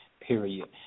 Period